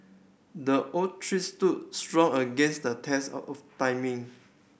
the oak tree stood strong against the test of timing